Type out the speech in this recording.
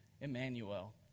Emmanuel